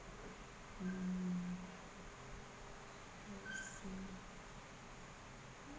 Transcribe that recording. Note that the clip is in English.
mm I see